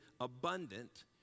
abundant